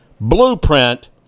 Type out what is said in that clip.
blueprint